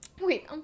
Wait